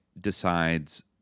decides